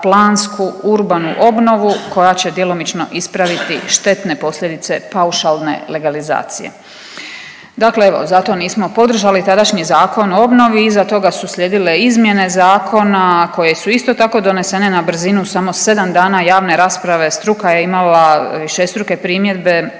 urbanu obnovu koja će djelomično ispraviti štetne posljedice paušalne legalizacije. Dakle evo, zato nismo podržali tadašnji Zakon o obnovi, iza toga su slijedile izmjene zakona koje su isto tako donesene na brzinu, samo 7 dana javne rasprave, struka je imala višestruke primjedbe